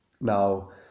Now